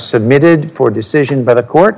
submitted for decision by the court